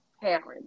parents